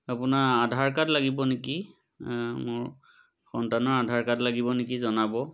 আপোনাৰ আধাৰ কাৰ্ড লাগিব নেকি মোৰ সন্তানৰ আধাৰ কাৰ্ড লাগিব নেকি জনাব